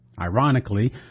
Ironically